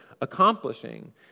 accomplishing